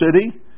city